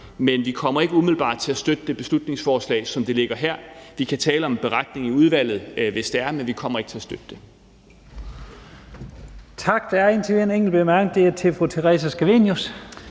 Men vi kommer ikke umiddelbart til at støtte det beslutningsforslag, som ligger her. Vi kan tale om en beretning i udvalget, hvis det er. Men vi kommer ikke til at støtte det. Kl. 11:30 Første næstformand (Leif Lahn Jensen):